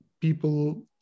people